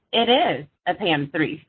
it is a p a m three c